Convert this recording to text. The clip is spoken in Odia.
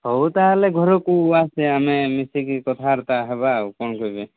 ହଉ ତାହେଲେ ଘରକୁ ଆସେ ଆମେ ମିଶିକି କଥାବାର୍ତ୍ତା ହେବା ଆଉ କ'ଣ କହିବି